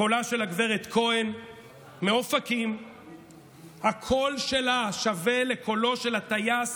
קולה של הגב' כהן מאופקים שווה לקולו של הטייס